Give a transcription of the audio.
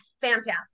fantastic